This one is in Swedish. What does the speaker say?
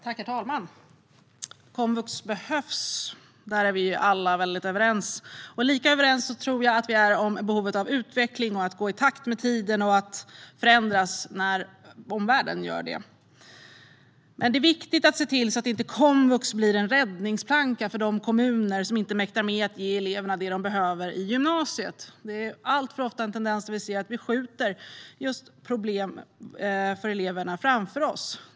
Herr talman! Komvux behövs. Det är vi alla överens om. Lika överens tror jag att vi är om behovet av utveckling, av att gå i takt med tiden och av att förändras när omvärlden gör det. Men det är viktigt att se till att komvux inte blir en räddningsplanka för de kommuner som inte mäktar med att ge eleverna det de behöver i gymnasiet. Alltför ofta ser vi tendensen att vi skjuter problem för eleverna framför oss.